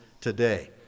today